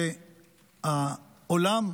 שהעולם,